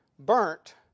Burnt